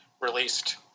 released